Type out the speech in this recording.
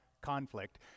conflict